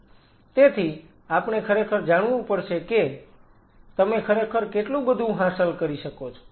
Refer Time 0817 તેથી આપણે ખરેખર જાણવું પડશે કે તમે ખરેખર કેટલું બધું હાંસલ કરી શકો છો